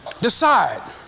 decide